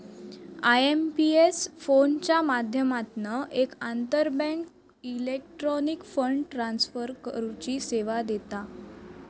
IMPS फोनच्या माध्यमातना एक आंतरबँक इलेक्ट्रॉनिक फंड ट्रांसफर करुची सेवा देता